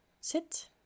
sit